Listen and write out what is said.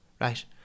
right